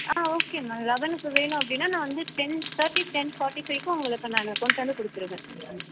ஆ okay ma'am லெவனுக்கு வேணும் அப்படின்னா நான் வந்து டென் தேட்டி டென் ஃபாட்டி ஃபைவுக்கு உங்களுக்கு நான் கொண்டுட்டு வந்து கொடுத்துருவேன்